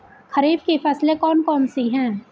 खरीफ की फसलें कौन कौन सी हैं?